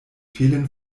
fehlen